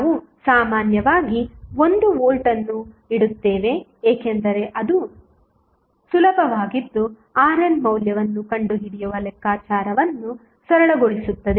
ನಾವು ಸಾಮಾನ್ಯವಾಗಿ 1 ವೋಲ್ಟ್ ಅನ್ನು ಇಡುತ್ತೇವೆ ಏಕೆಂದರೆ ಅದು ಸುಲಭವಾಗಿದ್ದು RN ಮೌಲ್ಯವನ್ನು ಕಂಡುಹಿಡಿಯುವ ಲೆಕ್ಕಾಚಾರವನ್ನು ಸರಳಗೊಳಿಸುತ್ತದೆ